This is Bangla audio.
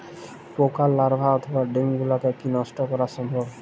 পোকার লার্ভা অথবা ডিম গুলিকে কী নষ্ট করা সম্ভব?